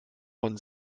von